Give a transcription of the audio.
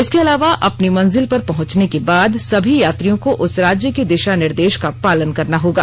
इसके अलावा अपनी मंजिल पर पहुंचने के बाद सभी यात्रियों को उस राज्य की दिशा निर्देश का पालन करना होगा